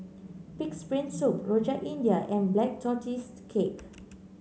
pig's brain soup Rojak India and Black Tortoise Cake